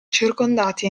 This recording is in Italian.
circondati